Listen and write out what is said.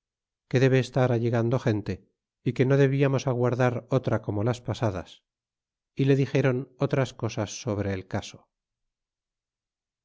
que debe estar allegando gente y que no debiamos aguardar otra como las pasadas y le dixéron otras cosas sobre el caso